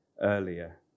earlier